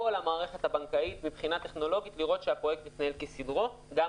המערכת הבנקאית לראות שהפרויקט מתנהל כסדרו מבחינה טכנולוגית.